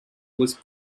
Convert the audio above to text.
was